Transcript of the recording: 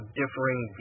differing